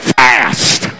fast